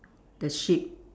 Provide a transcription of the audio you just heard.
the sheep